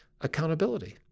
accountability